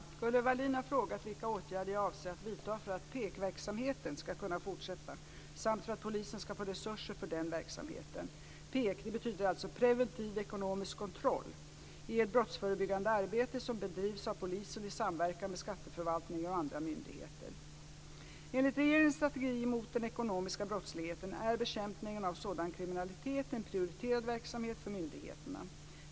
Fru talman! Gunnel Wallin har frågat vilka åtgärder jag avser att vidta för att PEK-verksamheten ska kunna fortsätta samt för att polisen ska få resurser för denna verksamhet. PEK betyder preventiv ekonomisk kontroll och är ett brottsförebyggande arbete som bedrivs av polisen i samverkan med skatteförvaltningen och andra myndigheter. Enligt regeringens strategi mot den ekonomiska brottsligheten är bekämpningen av sådan kriminalitet en prioriterad verksamhet för myndigheterna.